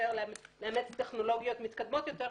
שמאפשר לאמץ טכנולוגיות מתקדמות יותר,